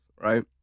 right